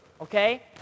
okay